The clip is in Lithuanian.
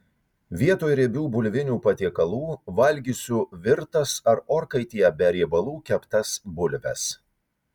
vietoj riebių bulvinių patiekalų valgysiu virtas ar orkaitėje be riebalų keptas bulves